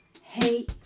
hey